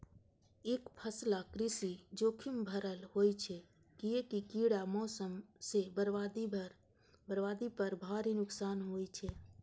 एकफसला कृषि जोखिम भरल होइ छै, कियैकि कीड़ा, मौसम सं बर्बादी पर भारी नुकसान होइ छै